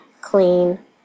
clean